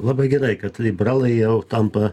labai gerai kad liberalai jau tampa